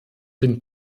den